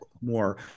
more